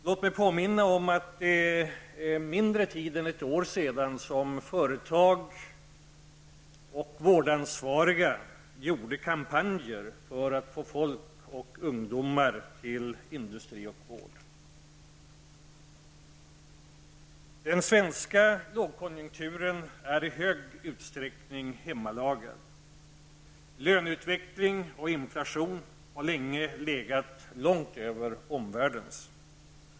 Låt mig påminna om att företag och vårdansvariga för mindre än ett år sedan genomförde kampanjer för att få folk och ungdomar till industri och vård. Den svenska lågkonjunkturen är i stor utsträckning hemmalagad. Löneutveckling och inflation har länge legat långt över omvärldens.